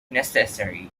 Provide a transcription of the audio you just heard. necessary